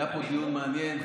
היה פה דיון מעניין,